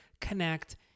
connect